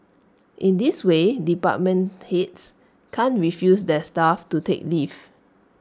in this way department heads can't refuse their staff to take leave